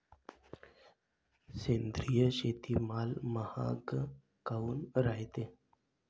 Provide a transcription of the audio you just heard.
सेंद्रिय शेतीमाल महाग काऊन रायते?